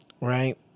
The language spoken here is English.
right